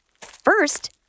First